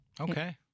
Okay